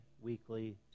weekly